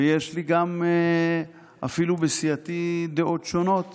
ויש לי גם אפילו בסיעתי דעות שונות